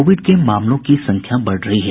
Covid के मामलों की संख्या बढ़ रही है